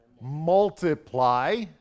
multiply